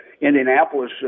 Indianapolis